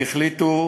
הם החליטו,